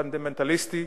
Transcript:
פונדמנטליסטי,